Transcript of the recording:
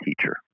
teacher